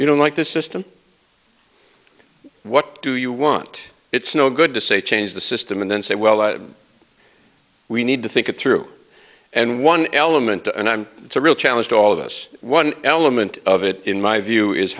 you don't like the system what do you want it's no good to say change the system and then say well i we need to think it through and one element and i'm it's a real challenge to all of us one element of it in my view is